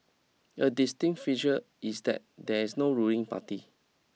a distinct feature is that there is no ruling party